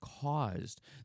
caused